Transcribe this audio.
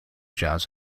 jazz